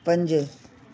पंज